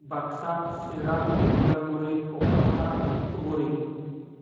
Baksa Chirang Udalguri Kokrajhar Dhubri